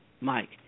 Mike